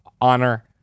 honor